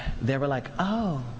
they were, like, oh,